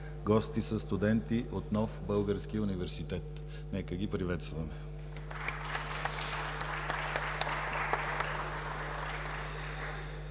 гости са студенти от Нов български университет. Нека ги приветстваме.